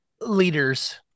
leaders